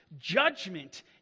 judgment